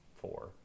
four